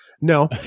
No